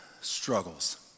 struggles